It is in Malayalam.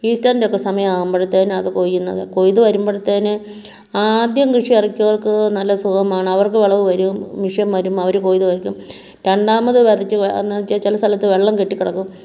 ഈസ്റ്ററിൻ്റെ ഒക്കെ സമയമാകുമ്പോഴത്തേന് അതൊക്കെ കൊയ്യുന്നത് കൊയ്തു വരുമ്പോഴത്തേന് ആദ്യം കൃഷി ഇറക്കിയോർക്ക് നല്ല സുഖമാണ് അവർക്ക് വിളവ് വരും മെഷീൻ വരും അവർ കൊയ്ത്തിറക്കും രണ്ടാമത് വിതച്ച് എന്താന്നു വെച്ചാൽ ചില സ്ഥലത്ത് വെള്ളം കെട്ടി കിടക്കും